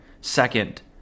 second